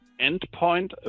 endpoint